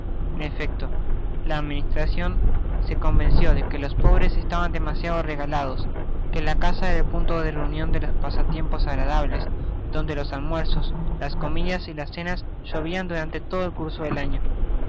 en efecto la administracion se convenció de que los pobres estaban demasiado regalados que la casa era el punto de reunion de los pasatiempos agradables donde los almuerzos las comidas y las cenas llovian durante todo el curso del año